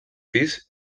pis